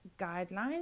guidelines